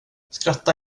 skratta